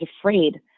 afraid